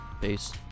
Peace